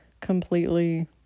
completely